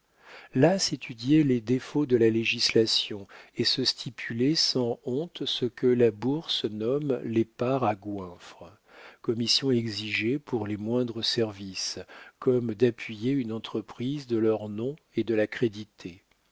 là s'étudiaient les défauts de la législation et se stipulaient sans honte ce que la bourse nomme les parts à goinfre commissions exigées pour les moindres services comme d'appuyer une entreprise de leur nom et de la créditer